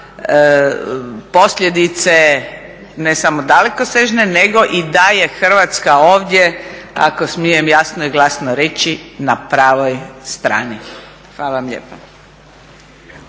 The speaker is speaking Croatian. posljedice ne samo dalekosežne nego i da je Hrvatska ovdje ako smijem jasno i glasno reći na pravoj strani. Hvala vam lijepa.